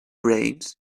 rains